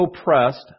oppressed